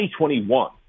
2021